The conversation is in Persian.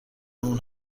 اون